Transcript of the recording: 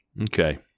Okay